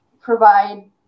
provide